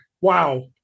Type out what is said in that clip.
Wow